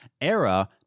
era